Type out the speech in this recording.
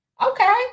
Okay